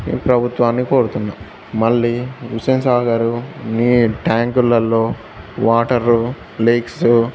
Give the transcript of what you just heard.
ఈ ప్రభుత్వాన్ని కోరుతున్నా మళ్ళీ హుస్సేన్ సాగరు నీ ట్యాంకులలో వాటరు లేక్స్